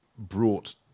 brought